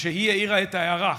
והיא העירה את ההערה.